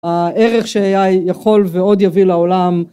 הערך ש AI יכול ועוד יביא לעולם